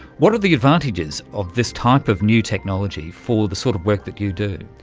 what are the advantages of this type of new technology for the sort of work that you do?